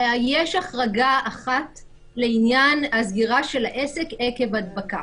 יש החרגה אחת לעניין הסגירה של העסק עקב הדבקה.